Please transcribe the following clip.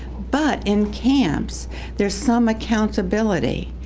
but in camps there's some accountability.